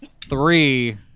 three